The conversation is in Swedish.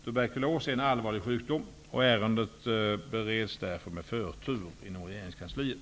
Tuberkulos är en allvarlig sjukdom och ärendet bereds därför med förtur inom regeringskansliet.